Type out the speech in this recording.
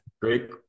Great